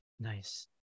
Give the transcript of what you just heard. Nice